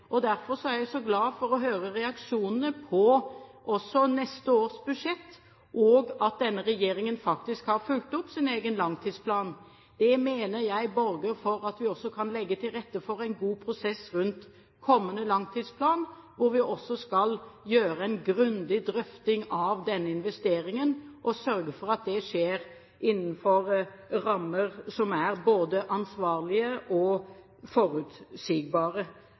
Derfor er jeg så glad for å høre reaksjonene også på neste års budsjett og på at denne regjeringen faktisk har fulgt opp sin egen langtidsplan. Det mener jeg borger for at vi også kan legge til rette for en god prosess rundt kommende langtidsplan, hvor vi også skal gjøre en grundig drøfting av denne investeringen og sørge for at det skjer innenfor rammer som er både ansvarlige og forutsigbare.